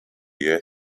year